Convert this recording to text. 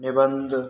निबंध